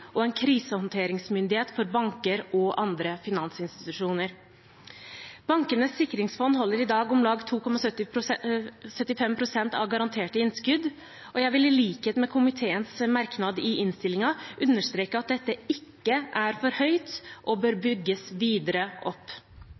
og en krisehåndteringsmyndighet for banker og andre finansinstitusjoner. Bankenes sikringsfond holder i dag om lag 2,75 pst. av garanterte innskudd, og jeg vil i likhet med komiteens merknad i innstillingen understreke at dette ikke er for høyt og bør bygges videre opp.